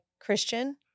Christian